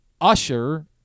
Usher